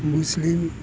ꯃꯨꯁꯂꯤꯝ